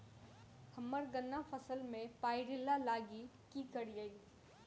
हम्मर गन्ना फसल मे पायरिल्ला लागि की करियै?